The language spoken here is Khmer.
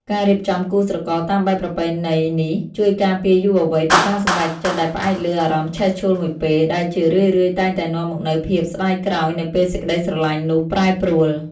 ការរៀបចំគូស្រករតាមបែបប្រពៃណីនេះ ជួយការពារយុវវ័យពីការសម្រេចចិត្តដែលផ្អែកលើ "អារម្មណ៍ឆេះឆួលមួយពេល" ដែលជារឿយៗតែងតែនាំមកនូវភាពស្ដាយក្រោយនៅពេលសេចក្ដីស្រឡាញ់នោះប្រែប្រួល។